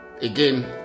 again